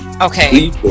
Okay